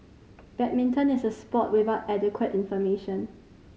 badminton is a sport without adequate information